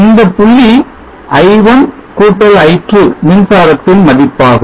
இந்த புள்ளி i1 i2 மின்சாரத்தின் மதிப்பாகும்